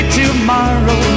tomorrow